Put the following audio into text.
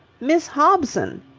miss hobson!